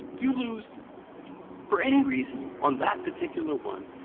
you lose for any reason on that particular one,